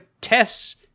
tests